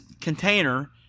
container